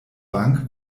bank